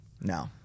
No